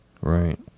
Right